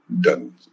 done